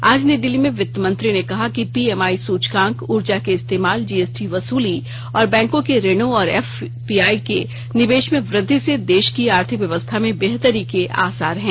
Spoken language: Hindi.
आज नई दिल्ली में वित्त मंत्री ने कहा कि पीएमआई सूचकांक ऊर्जा के इस्तेमाल जीएसटी वसूली और बैंकों के ऋणों और एफपीआई के निवेश में वृद्धि से देश की आर्थिक व्यवस्था में बेहतरी के आसार है